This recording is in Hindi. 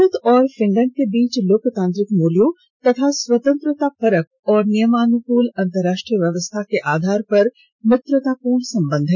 भारत और फिनलैंड के बीच लोकतांत्रिक मूल्यों तथा स्वतंत्रतापरक और नियमानुकूल अंतरराष्ट्रीय व्यवस्था के आधार पर मित्रतापूर्ण संबंध हैं